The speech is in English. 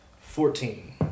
Fourteen